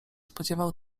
spodziewał